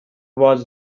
was